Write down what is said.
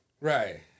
Right